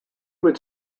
would